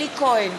אלי כהן,